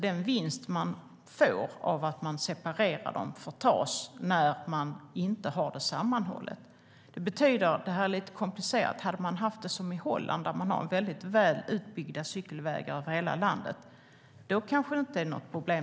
Den vinst man får av att separera försvinner när man inte har det sammanhållet. Det är lite komplicerat. Har man det som i Holland med väl utbyggda cykelvägar över hela landet är separering kanske inget problem.